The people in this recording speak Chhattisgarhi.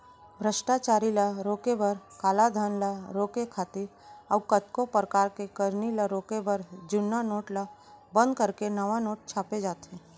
भस्टाचारी ल रोके बर, कालाधन ल रोके खातिर अउ कतको परकार के करनी ल रोके बर जुन्ना नोट ल बंद करके नवा नोट छापे जाथे